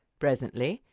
presently,